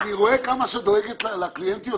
אני רואה כמה את דואגת לקליינטיות,